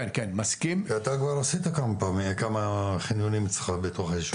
אתה כבר עשית כמה חניונים אצלך בתוך היישוב.